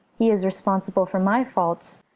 he is responsible for my faults,